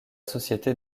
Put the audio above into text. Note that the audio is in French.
société